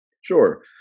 Sure